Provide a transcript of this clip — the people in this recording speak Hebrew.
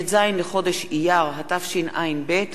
ט"ז בחודש אייר התשע"ב,